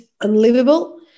unlivable